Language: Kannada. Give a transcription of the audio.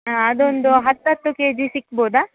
ಹಾಂ ಅದೊಂದು ಹತ್ತು ಹತ್ತು ಕೆ ಜಿ ಸಿಕ್ಬೋದ